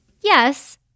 yes